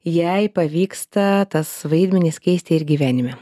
jai pavyksta tas vaidmenis keisti ir gyvenime